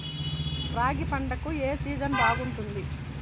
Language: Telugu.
రాగి పంటకు, ఏ సీజన్ బాగుంటుంది?